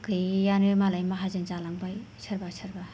गैयैआनो मालाय माहाजोन जालांबाय सोरबा सोरबा